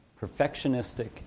perfectionistic